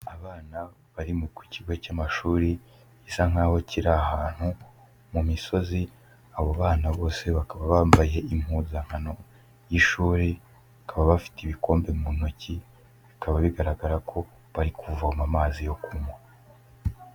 Abana bari ku kigo cy'amashuri bisa nk'aho kiri ahantu mu misozi, abo bana bose bakaba bambaye impuzankano y'ishuri, bakaba bafite ibikombe mu ntoki, bikaba bigaragara ko bari kuvoma amazi yo kunywa.